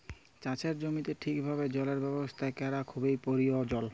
চাষের জমিতে ঠিকভাবে জলের ব্যবস্থা ক্যরা খুবই পরয়োজল